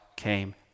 came